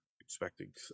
expecting